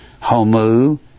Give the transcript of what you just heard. homo